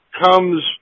comes